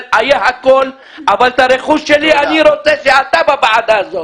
-- אתה גרמת לנזילה ולדליפה.